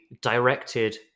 directed